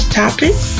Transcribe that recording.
topics